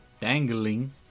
dangling